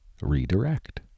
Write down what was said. redirect